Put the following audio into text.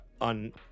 on